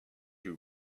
you